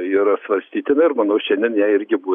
yra svarstytina ir manau šiandien jai irgi bus